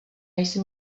jsem